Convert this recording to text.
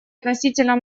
относительно